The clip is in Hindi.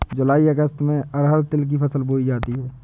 जूलाई अगस्त में अरहर तिल की फसल बोई जाती हैं